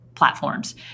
Platforms